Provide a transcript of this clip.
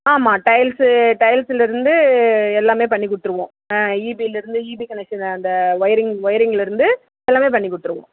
ஆமாம் டைல்ஸ்ஸு டைல்ஸில் இருந்து எல்லாம் பண்ணி கொடுத்துருவோம் ஈபியில் இருந்து ஈபி கனெக்ஷன்னு அந்த ஒயரிங் ஒயரிங்கில் இருந்து எல்லாம் பண்ணி கொடுத்துருவோம்